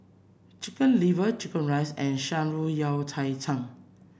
Chicken Liver chicken rice and shan rui Yao Cai chang